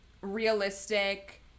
realistic